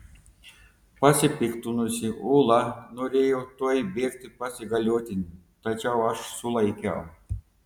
pasipiktinusi ula norėjo tuoj bėgti pas įgaliotinį tačiau aš sulaikiau